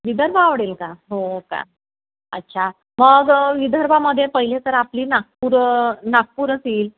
विदर्भ आवडेल का हो का अच्छा मग विदर्भामध्ये पहिले तर आपली नागपूर नागपूरच येईल